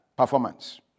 Performance